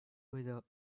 without